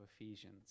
Ephesians